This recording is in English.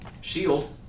Shield